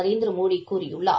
நரேந்திரமோடிகூறியுள்ளார்